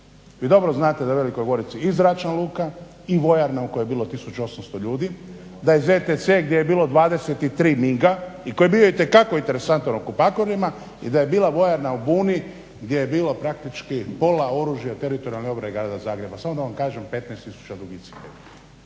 Vi dobro znate da je u Velikoj Gorici i zračna luka i vojarna u kojoj je bilo 1800 ljudi, da je ZTC gdje je bilo 23 miga i koji je bio itekako interesantan okupatorima i da je bila vojarna u Buni gdje je bilo praktički pola oružja teritorijalne obrane grada Zagreba. Samo da vam kažem 15000